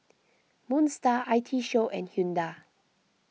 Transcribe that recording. Moon Star I T Show and Hyundai